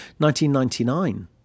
1999